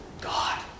God